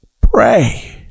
pray